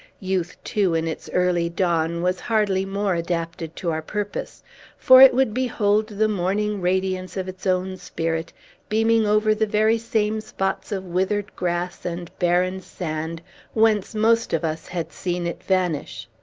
youth, too, in its early dawn, was hardly more adapted to our purpose for it would behold the morning radiance of its own spirit beaming over the very same spots of withered grass and barren sand whence most of us had seen it vanish.